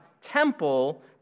temple